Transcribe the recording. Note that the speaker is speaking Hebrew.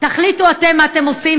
תחליטו אתם מה אתם עושים.